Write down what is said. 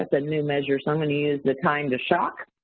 a new measure so i'm gonna use the time to shock.